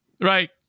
Right